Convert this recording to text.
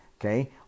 okay